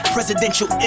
Presidential